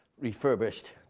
refurbished